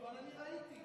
אני ראיתי.